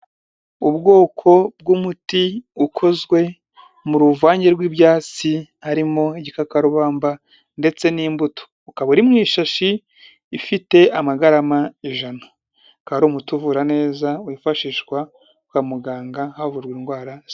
Ubwoko bw'umuti ukozwe mu ruvange rw'ibyatsi harimo igikakarubamba ndetse n'imbuto, ukaba uri mu ishashi ifite amagarama ijana, akaba ari umuti uvura neza, wifashishwa kwa muganga havurwa indwara.